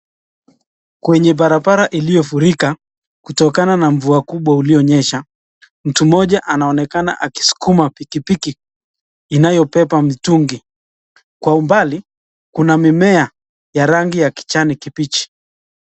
Kwenye barabara iliyofurika kutokana na mvua kubwa ulionyesha mtu moja anaonekana akisukuma pikipiki inayobeba mitungi kwa umbali kuna mimea ya rangi kijani kibichi